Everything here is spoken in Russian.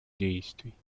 действий